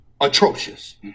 atrocious